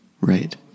Right